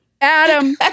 Adam